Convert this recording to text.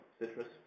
citrus